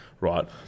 right